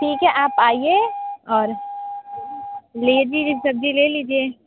ठीक है आप आइए और ले जी सब्ज़ी ले लीजिए